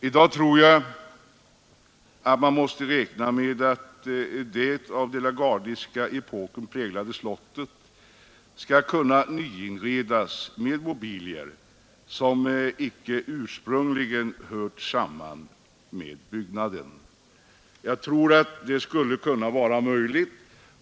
I dag tror jag att man måste räkna med att det av epoken De la Gardie präglade slottet bör kunna nyinredas med mobilier, som inte ursprungligen har hört samman med byggnaden. Det tror jag skulle kunna vara möjligt.